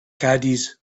caddies